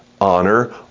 Honor